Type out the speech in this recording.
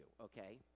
okay